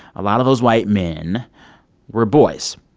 a lot of those white men were boys.